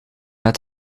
met